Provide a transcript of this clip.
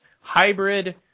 hybrid